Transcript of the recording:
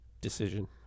decision